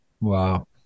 Wow